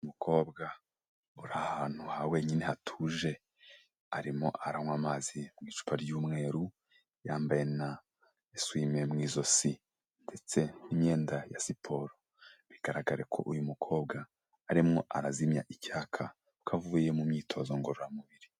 Umukobwa uri ahantu ha wenyine hatuje, arimo aranywa amazi mu icupa ry'umweru, yambaye na esuwime mu izosi ndetse n'imyenda ya siporo, bigaragare ko uyu mukobwa arimo arazimya icyaka kuko avuye mu myitozo ngororamubiri.